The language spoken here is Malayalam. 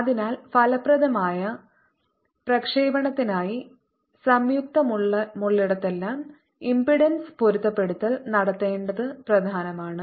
അതിനാൽ ഫലപ്രദമായ പ്രക്ഷേപണത്തിനായി സംയുക്തമുള്ളിടത്തെല്ലാം ഇംപെഡൻസ് പൊരുത്തപ്പെടുത്തൽ നടത്തേണ്ടത് പ്രധാനമാണ്